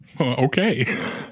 okay